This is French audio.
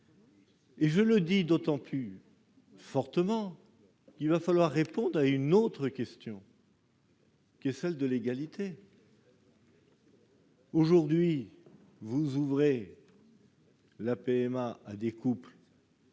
Je le dis d'autant plus fortement qu'il va falloir répondre à une autre question : celle de l'égalité. Aujourd'hui, vous ouvrez la PMA à des couples